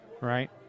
right